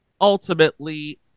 ultimately